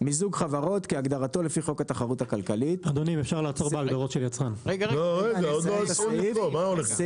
"מיזוג חברות" כהגדרתו לפי חוק התחרות הכלכלית ל ס 8א. (ב)